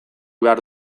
behar